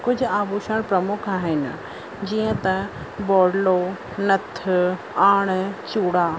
कुझु आभूषण प्रमुख आहिनि जीअं त बॉडलो नथ आण चूड़ा